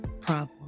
problem